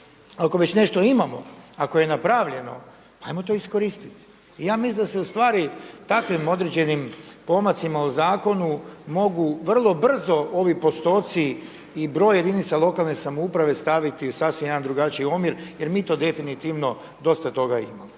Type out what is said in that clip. ako već nešto imamo, ako je napravljeno pa ajmo to iskoristiti. I ja mislim da se takvim određenim pomacima u zakonu mogu vrlo brzo ovi postoci i broj jedinica lokalne samouprave staviti u sasvim jedan drugačiji omjer jer mi to definitivno dosta toga imamo.